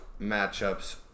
matchups